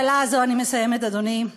אני מסיימת, אדוני.